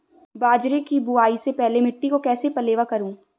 बाजरे की बुआई से पहले मिट्टी को कैसे पलेवा करूं?